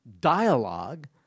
dialogue